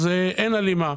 אין הלימה.